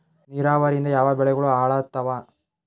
ನಿರಾವರಿಯಿಂದ ಯಾವ ಬೆಳೆಗಳು ಹಾಳಾತ್ತಾವ?